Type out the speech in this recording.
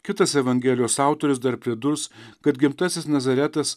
kitas evangelijos autorius dar pridurs kad gimtasis nazaretas